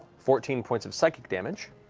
fourteen points of psychic damage,